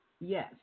Yes